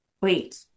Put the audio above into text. wait